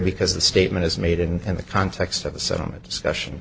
because the statement is made and the context of the settlement discussion